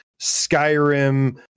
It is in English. Skyrim